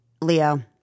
Leo